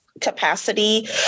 capacity